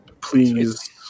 Please